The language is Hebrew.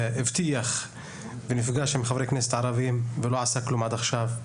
הבטיח ונפגש עם חברי כנסת ערבים ולא עשה כלום עד עכשיו.